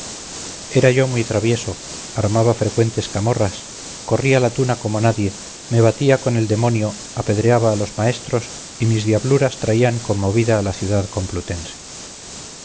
era yo muy travieso armaba frecuentes camorras corría la tuna como nadie me batía con el demonio apedreaba a los maestros y mis diabluras traían conmovida a la ciudad complutense